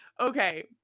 Okay